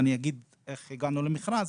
ואני אגיד איך הגענו למכרז,